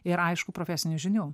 ir aišku profesinių žinių